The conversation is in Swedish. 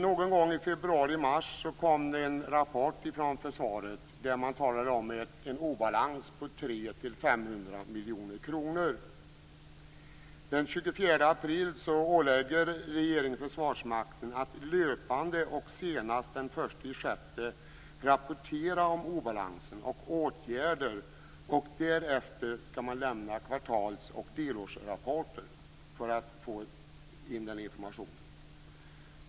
Någon gång i februari-mars kom det en rapport från försvaret där man talade om en obalans på 300 Den 24 april ålägger regeringen Försvarsmakten att löpande och senast den 1 juni rapportera om obalansen och åtgärder, och därefter skall man lämna kvartals och delårsrapporter för att regeringen skall få in den informationen.